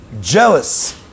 jealous